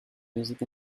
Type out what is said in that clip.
music